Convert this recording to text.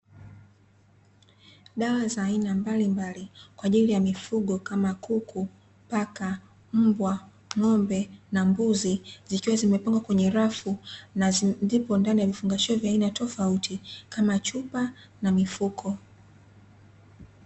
Dawa za aina mbalimbali kwa ajili ya mifugo kama kuku, paka, mbwa, ng'ombe na mbuzi, zikiwa zimepangwa kwenye rafu na zipo ndani ya vifungashio vya aina tofauti kama chupa, na mifuko.